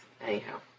anyhow